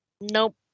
Nope